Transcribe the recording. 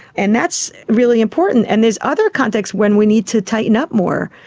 and that's really important. and there's other contexts when we need to tighten up more.